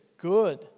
good